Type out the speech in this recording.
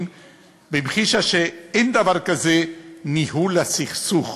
והמחישה שאין דבר כזה "ניהול הסכסוך",